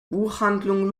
buchhandlung